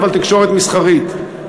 אבל תקשורת מסחרית.